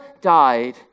died